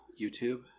YouTube